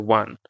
one